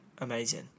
amazing